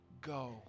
go